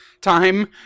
time